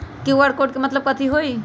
QR code के मतलब कथी होई?